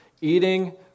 eating